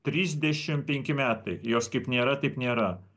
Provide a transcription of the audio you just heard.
trisdešim penki metai jos kaip nėra taip nėra